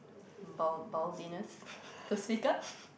ball ballsiness to speak up